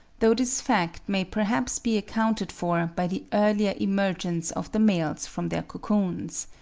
though this fact may perhaps be accounted for by the earlier emergence of the males from their cocoons.